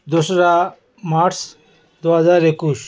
দোসরা মার্চ দুহাজার একুশ